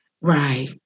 Right